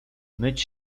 myć